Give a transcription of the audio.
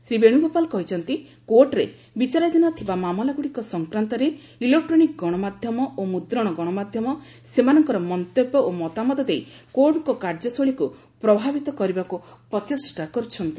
ଶ୍ରୀ ବେଣୁଗୋପାଳ କହିଛନ୍ତି କୋର୍ଟରେ ବିଚାରାଧୀନ ଥିବା ମାମଲାଗୁଡ଼ିକ ସଂକ୍ରାନ୍ତରେ ଇଲେକ୍ଟ୍ରୋନିକ ଗଣମାଧ୍ୟମ ଓ ମୁଦ୍ରଣ ଗଣମାଧ୍ୟମ ସେମାନଙ୍କର ମନ୍ତବ୍ୟ ଓ ମତାମତ ଦେଇ କୋର୍ଟଙ୍କ କାର୍ଯ୍ୟଶୈଳୀକୁ ପ୍ରଭାବିତ କରିବାକୁ ପ୍ରଚେଷ୍ଟା କରୁଛନ୍ତି